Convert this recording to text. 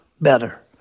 better